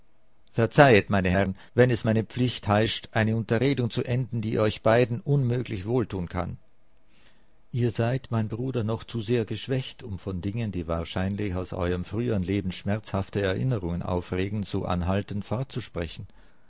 verzeihet meine herren wenn es meine pflicht heischt eine unterredung zu enden die euch beiden unmöglich wohltun kann ihr seid mein bruder noch zu sehr geschwächt um von dingen die wahrscheinlich aus euerm frühern leben schmerzhafte erinnerungen aufregen so anhaltend